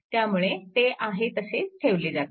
त्यामुळे ते आहे तसे ठेवले जातात